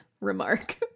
remark